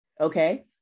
Okay